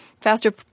Faster